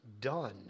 done